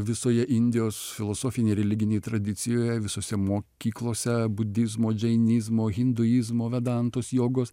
visoje indijos filosofinėj religinėj tradicijoje visose mokyklose budizmo džainizmo hinduizmo vedantos jogos